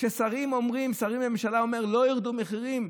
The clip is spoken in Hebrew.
כששרים בממשלה אומרים שלא ירדו מחירים,